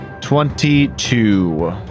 Twenty-two